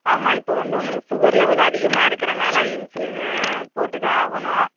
ஆமாம் இப்போது வந்து உங்களுக்கு சுகர் லெவல் அதிகமாக இருக்கறதுனால இன்சுலின் போட்டு தான் ஆகணும்